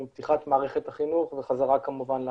עם פתיחת מערכת החינוך וחזרה כמובן לעסקים.